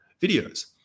videos